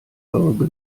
eure